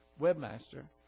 webmaster